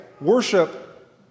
Worship